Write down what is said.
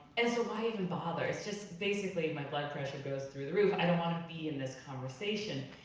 and so why even bother? it's just basically, my blood pressure goes through the roof, i don't wanna be in this conversation.